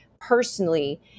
personally